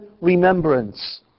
remembrance